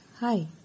Hi